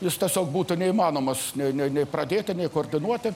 jis tiesiog būtų neįmanomas nei nei pradėti nei koordinuoti